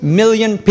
million